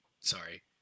sorry